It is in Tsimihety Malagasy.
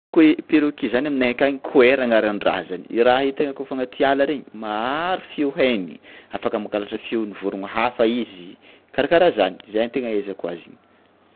Koe- perroquet zany aminay akagny koera agnaran-draha zany, i raha io tegna kaofa agnaty ala regny maro feo haigny, afaka mangalatra feon'ny vôrogno hafa izy karakaraha zany, zay ny tegna ahaizako azy.